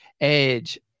Edge